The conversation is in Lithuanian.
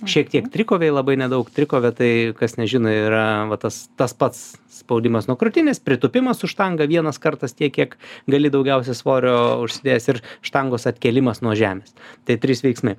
šiek tiek trikovėj labai nedaug trikovė tai kas nežino yra va tas tas pats spaudimas nuo krūtinės pritūpimas su štanga vienas kartas tiek kiek gali daugiausia svorio užsidėjęs ir štangos atkėlimas nuo žemės tai trys veiksme